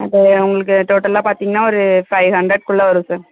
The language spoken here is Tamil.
அது உங்களுக்கு டோட்டலாக பாத்திங்கன்னா ஒரு பைவ் ஹண்ட்ரட்குள்ளே வரும் சார்